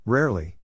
Rarely